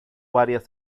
varias